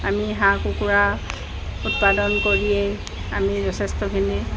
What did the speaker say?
আমি হাঁহ কুকুৰা উৎপাদন কৰিয়েই আমি যথেষ্টখিনি